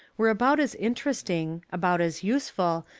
were about as interesting, about as use ful,